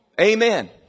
Amen